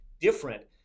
different